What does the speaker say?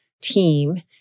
team-